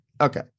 Okay